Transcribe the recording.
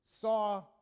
Saw